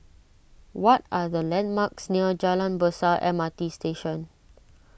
what are the landmarks near Jalan Besar M R T Station